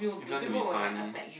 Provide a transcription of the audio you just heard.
if you want to be funny